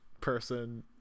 person